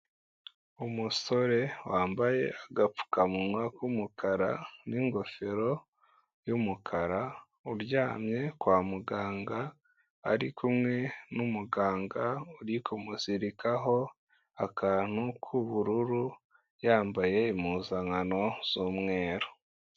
Umusore wambaye agapfukamunwa k'umukara, n'ingofero y'umukara, uryamye kwa muganga, ari kumwe n'umuganga uri kumuzirikaho akantu k'ubururu, yambaye impuzankano z'umweru.